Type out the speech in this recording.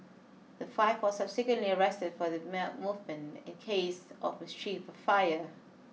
the five were subsequently arrested for their in case of mischief for fire